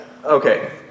Okay